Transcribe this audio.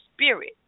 spirit